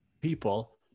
people